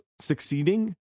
succeeding